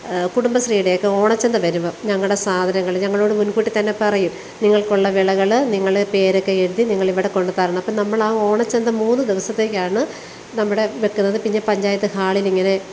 കുടുംബശ്രീയുടെ ഒക്കെ ഓണച്ചന്ത വരുമ്പം ഞങ്ങളുടെ സാധനങ്ങൾ ഞങ്ങളോട് മുന്കൂട്ടി തന്നെ പറയും നിങ്ങൾക്കുള്ള വിളകൾ നിങ്ങൾ പേരൊക്കെ എഴുതി നിങ്ങൾ ഇവിടെ കൊണ്ടുത്തരണം അപ്പോൾ നമ്മൾ ആ ഓണച്ചന്ത മൂന്നു ദിവസത്തേക്ക് ആണ് നമ്മുടെ വെക്കുന്നത് പിന്നെ പഞ്ചായത്ത് ഹാളിൽ ഇങ്ങനെ